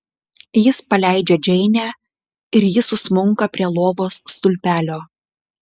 jis paleidžia džeinę ir ji susmunka prie lovos stulpelio